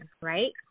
right